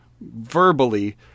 verbally